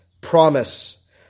promise